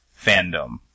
fandom